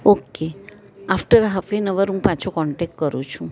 okay after half an hour હું પાછો contact કરું છું